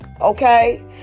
okay